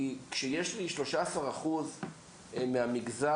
כי כשיש לי 13% מהמגזר,